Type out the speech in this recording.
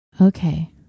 Okay